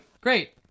Great